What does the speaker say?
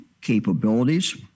capabilities